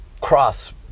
cross